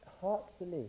heartfully